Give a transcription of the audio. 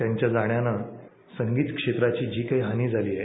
त्यांच्या जाण्यानं संगीत क्षेत्राची जी काही हानी झालेली आहे